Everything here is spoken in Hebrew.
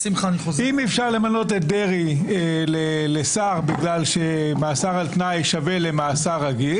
אם אי-אפשר למנות את דרעי לשר בגלל שמאסר על תנאי שווה למאסר רגיל,